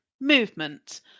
movement